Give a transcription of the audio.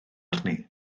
arni